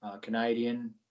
Canadian